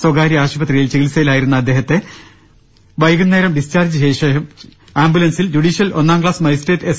സ്വകാര്യ ആശുപത്രിയിൽ ചികിത്സയിലായി രുന്ന അദ്ദേഹത്തെ വൈകുന്നേരം ഡിസ്ചാർജ്ജ് ചെയ്തശേഷം ആംബുലൻസിൽ ജുഡീഷ്യൽ ഒന്നാം ക്ലാസ് മജിസ്ട്രേറ്റ് എസ്